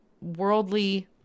worldly